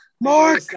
Mark